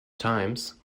times